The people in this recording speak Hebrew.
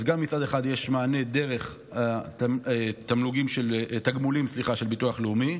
אז מצד אחד יש מענה דרך התגמולים של ביטוח לאומי,